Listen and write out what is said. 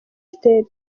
state